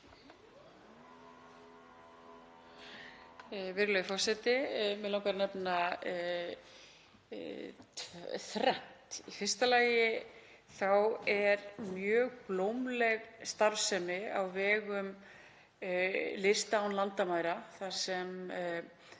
Virðulegi forseti. Mig langar að nefna þrennt. Í fyrsta lagi er mjög blómleg starfsemi á vegum Listar án landamæra þar sem